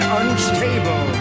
unstable